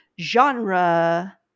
genre